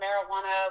marijuana